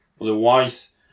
Otherwise